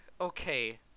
okay